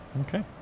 okay